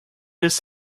his